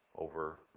over